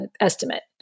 estimate